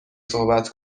صحبت